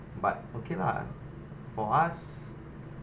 but okay lah for us